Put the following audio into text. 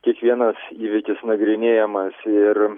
kiekvienas įvykis nagrinėjamas ir